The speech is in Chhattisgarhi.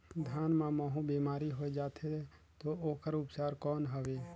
धान मां महू बीमारी होय जाथे तो ओकर उपचार कौन हवे?